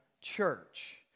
church